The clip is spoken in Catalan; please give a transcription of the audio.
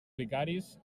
vicaris